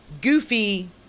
goofy